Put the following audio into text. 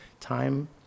time